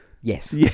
Yes